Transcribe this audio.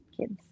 kids